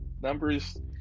numbers